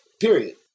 period